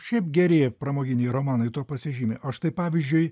šiaip geri pramoginiai romanai tuo pasižymi o štai pavyzdžiui